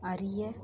அறிய